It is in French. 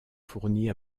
fournies